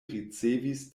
ricevis